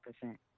percent